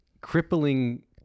crippling